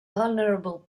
vulnerable